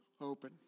open